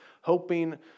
hoping